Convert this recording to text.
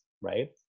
right